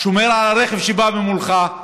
שומר על הרכב שבא ממולך,